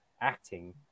acting